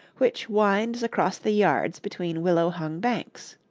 which winds across the yards between willow-hung banks.